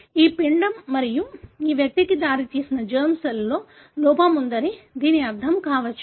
ఈ పిండం మరియు ఈ వ్యక్తికి దారితీసిన జెర్మ్ సెల్లో లోపం ఉందని దీని అర్థం కావచ్చు